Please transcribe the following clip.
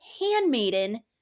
handmaiden